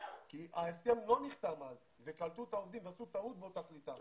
כי ההסכם לא נחתם אז וקלטו את העובדים ועשו טעות באותה קליטה.